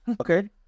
Okay